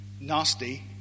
nasty